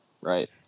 right